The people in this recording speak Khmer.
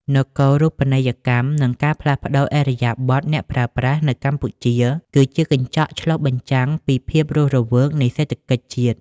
នគរូបនីយកម្ម និងការផ្លាស់ប្តូរឥរិយាបថអ្នកប្រើប្រាស់នៅកម្ពុជា គឺជាកញ្ចក់ឆ្លុះបញ្ចាំងពីភាពរស់រវើកនៃសេដ្ឋកិច្ចជាតិ។